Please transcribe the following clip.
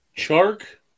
Shark